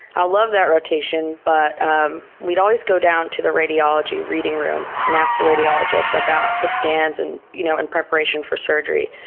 i love that rotation. but um we'd always go down to the radiology reading room and ask the radiologist about the scans and you know in preparation for surgery.